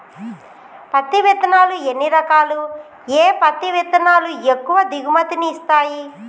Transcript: పత్తి విత్తనాలు ఎన్ని రకాలు, ఏ పత్తి విత్తనాలు ఎక్కువ దిగుమతి ని ఇస్తాయి?